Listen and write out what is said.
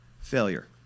Failure